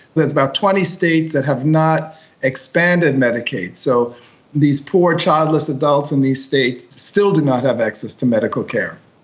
there's about twenty states that have not expanded medicaid. so these poor childless adults in these states still do not have access to medical care.